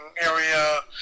area